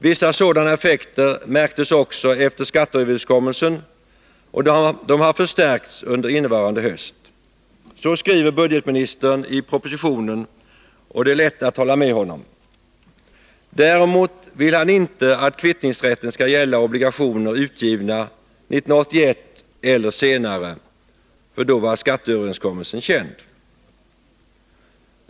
Vissa sådana effekter märktes också efter skatteöverenskommelsen, och de har förstärkts under innevarande höst. Så skriver budgetministern i propositionen och det är lätt att hålla med honom. Däremot vill han inte att kvittningsrätten skall gälla obligationer utgivna 1981 eller senare, för då var skatteöverenskommelsen känd.